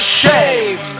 shame